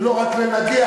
ולא רק לנגח,